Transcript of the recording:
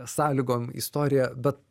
sąlygom istorija bet